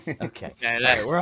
Okay